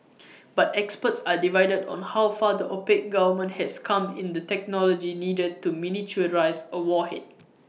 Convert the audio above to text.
but experts are divided on how far the opaque government has come in the technology needed to miniaturise A warhead